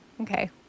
okay